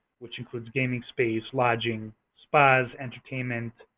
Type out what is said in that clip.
which include gaming space, lodging, spas, entertainment,